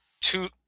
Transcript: two